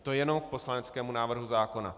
To je jenom k poslaneckému návrhu zákona.